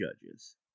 judges